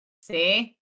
See